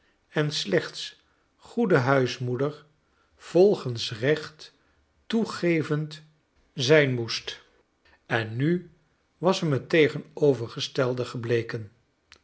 en slechts goede huismoeder volgens recht toegevend zijn moest en nu was hem het tegenovergestelde gebleken